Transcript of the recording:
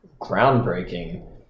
groundbreaking